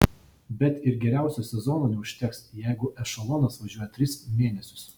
bet ir geriausio sezono neužteks jeigu ešelonas važiuoja tris mėnesius